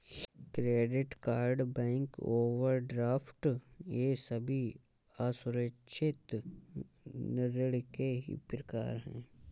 credit card bank overdraft ये सभी असुरक्षित ऋण के ही प्रकार है